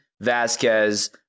Vasquez